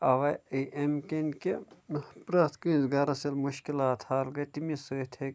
اوا اَمہِ کِنۍ کہِ پرٛیٚتھ کٲنٛسہِ گھرَس ییٚلہِ مُشکِلات حل گٔے تَمے سۭتۍ ہیٚکہِ